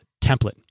template